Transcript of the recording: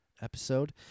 episode